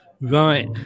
Right